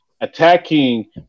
attacking